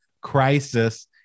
crisis